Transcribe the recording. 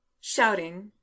Shouting